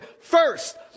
first